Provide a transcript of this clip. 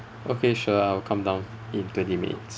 okay sure I'll come down in twenty minutes